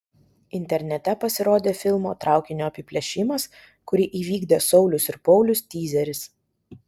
internete pasirodė filmo traukinio apiplėšimas kurį įvykdė saulius ir paulius tyzeris